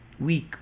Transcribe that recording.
week